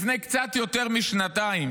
לפני קצת יותר משנתיים: